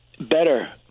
better